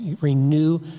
renew